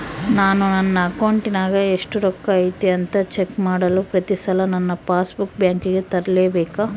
ನಾನು ನನ್ನ ಅಕೌಂಟಿನಾಗ ಎಷ್ಟು ರೊಕ್ಕ ಐತಿ ಅಂತಾ ಚೆಕ್ ಮಾಡಲು ಪ್ರತಿ ಸಲ ನನ್ನ ಪಾಸ್ ಬುಕ್ ಬ್ಯಾಂಕಿಗೆ ತರಲೆಬೇಕಾ?